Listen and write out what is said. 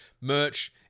merch